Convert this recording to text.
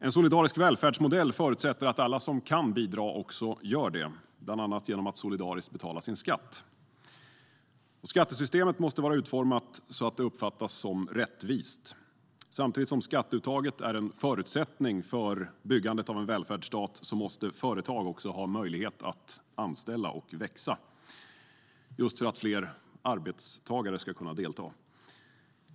En solidarisk välfärdsmodell förutsätter att alla som kan bidra också gör det, bland annat genom att solidariskt betala sin skatt. Skattesystemet måste vara utformat så att det uppfattas som rättvist. Samtidigt som skatteuttaget är en förutsättning för byggandet av en välfärdsstat måste företag också ha möjlighet att anställa och växa, just för att fler arbetstagare ska kunna delta.